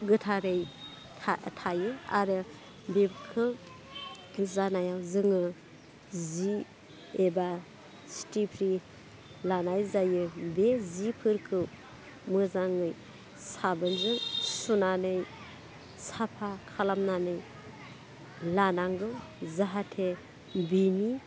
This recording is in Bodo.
गोथारै था थायो आरो बेखौ जानायाव जोङो जि एबा स्टेफ्रि लानाय जायो बे जिफोरखौ मोजाङै साबोनजों सुनानै साफा खालामनानै लानांगौ जाहाथे बिनि